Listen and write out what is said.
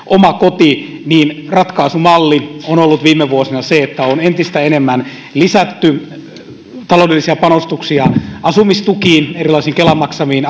oma koti niin ratkaisumalli on ollut viime vuosina se että on entistä enemmän lisätty taloudellisia panostuksia asumistukiin ja erilaisiin kelan maksamiin